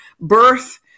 birth